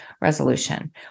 resolution